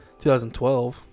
2012